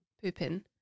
pooping